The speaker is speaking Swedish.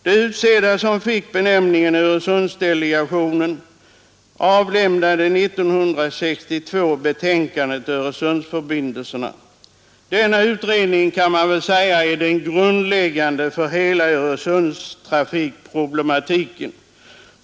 De utsedda, som fick benämningen Öresundsdelegationen, avlämnade 1962 betänkandet Öresundsförbindelsen. Denna utredning är grundläggande för hela Öresundstrafikproblematiken.